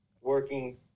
working